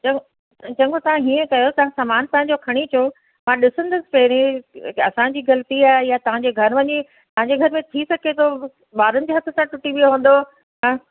चङो चङो तव्हां हीअं कयो तव्हां सामान पंहिंजो खणी अचो मां ॾिसंदसि पहिरीं असांजी ग़लिती आहे या तव्हांजे घर वञी तव्हांजे घर में थी सघे थो ॿारनि जे हथ सां टुटी वियो हूंदो हा